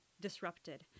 disrupted